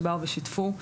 שבאו ושיתפו,